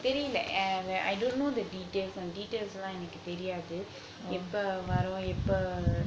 தெரியில:theriyila I don't know the details and details எல்லாம் எனக்கு தெரியாது எப்போ வரும் எப்ப:ellam enakku theriyathu eppo varum eppa